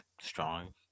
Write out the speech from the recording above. strong